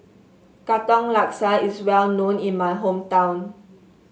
Katong Laksa is well known in my hometown